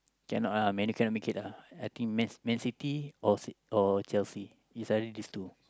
cannot ah Man-U cannot make it ah I think man Man-City or see or Chelsea is either these two